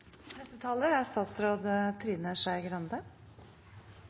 neste utfordring til statsråd Skei Grande